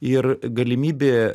ir galimybė